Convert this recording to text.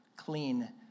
clean